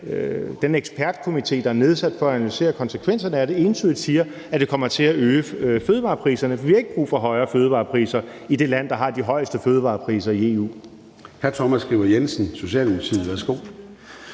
den ekspertkomité, der er nedsat for at analysere konsekvenserne af det, entydigt siger, at det kommer til at øge fødevarepriserne, for vi har ikke brug for højere fødevarepriser i det land, der har de højeste fødevarepriser i EU.